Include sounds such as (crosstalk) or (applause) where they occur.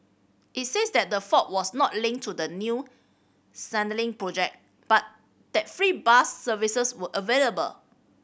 it says that the fault was not linked to the new (unintelligible) project and that free bus services were available